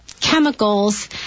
chemicals